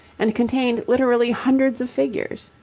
and contained literally hundreds of figures.